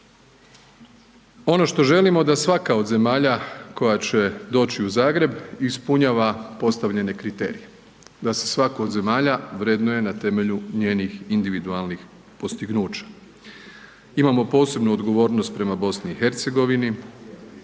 Ono što želimo da svaka od zemalja koja će doći u Zagreb ispunjava postavljene kriterije, da se svaku od zemalja vrednuje na temelju njenih individualnih postignuća, imamo posebnu odgovornost prema BiH,